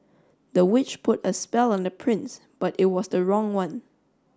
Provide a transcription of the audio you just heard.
the witch put a spell on the prince but it was the wrong one